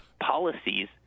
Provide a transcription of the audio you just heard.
policies